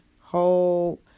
Hold